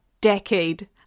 decade